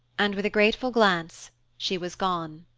and with a grateful glance she was gone.